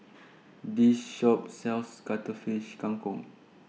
This Shop sells Cuttlefish Kang Kong